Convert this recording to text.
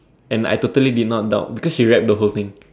and I totally did not doubt because she wrapped the whole thing